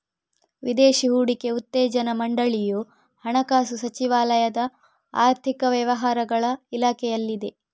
ವಿದೇಶಿ ಹೂಡಿಕೆ ಉತ್ತೇಜನಾ ಮಂಡಳಿಯು ಹಣಕಾಸು ಸಚಿವಾಲಯದ ಆರ್ಥಿಕ ವ್ಯವಹಾರಗಳ ಇಲಾಖೆಯಲ್ಲಿದೆ